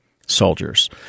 soldiers